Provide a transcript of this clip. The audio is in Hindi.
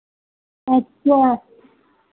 अच्छा